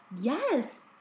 Yes